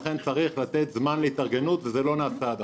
לכן צריך לתת זמן להתארגנות וזה לא נעשה עד עכשיו.